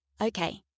Okay